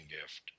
gift